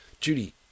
Judy